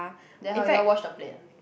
then how you all wash the plates ah